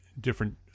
different